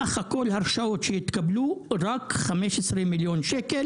סך כל ההרשאות שהתקבלו רק 15 מיליון ₪,